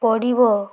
ପଡ଼ିବ